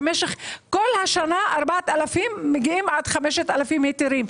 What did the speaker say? במשך כל השנה מגיעים עד 5,000 היתרים.